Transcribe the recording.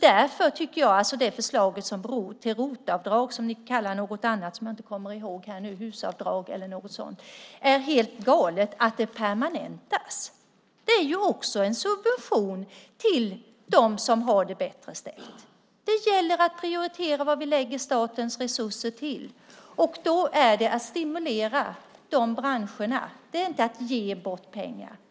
Därför tycker jag att det är helt galet att det förslag till ROT-avdrag som ni kallar något annat, HUS-avdrag eller något sådant, permanentas. Det är också en subvention till dem som har det bättre ställt. Det gäller att prioritera var vi lägger statens resurser. Då handlar det om att stimulera dessa branscher. Det är inte att ge bort pengar.